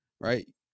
right